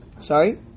Sorry